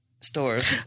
stores